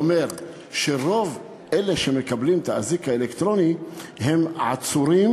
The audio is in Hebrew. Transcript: נתון שאומר שרוב אלה שמקבלים את האזיק האלקטרוני הם עצורים,